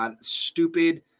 stupid